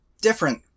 different